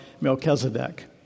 Melchizedek